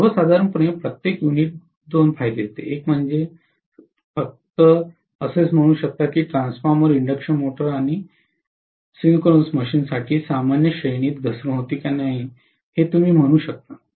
तर सर्वसाधारणपणे प्रत्येक युनिट दोन फायदे देते एक म्हणजे फक्त असेच म्हणू शकता की ट्रान्सफॉर्मर इंडक्शन मोटर साठी सिंक्रोनस मशीन साठी सामान्य श्रेणीत घसरण होते की नाही हे तुम्ही म्हणू शकता